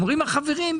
אומרים החברים,